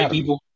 people